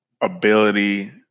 ability